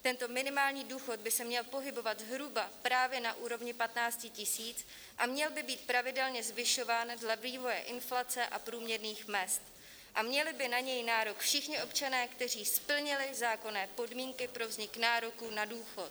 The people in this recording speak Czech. Tento minimální důchod by se měl pohybovat zhruba právě na úrovni 15 000, měl by být pravidelně zvyšován dle vývoje inflace a průměrných mezd a měli by na něj nárok všichni občané, kteří splnili zákonné podmínky pro vznik nároku na důchod.